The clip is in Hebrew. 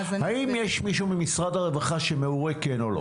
האם יש מישהו ממשרד הרווחה שמעורה כן או לא?